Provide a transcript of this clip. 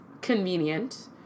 convenient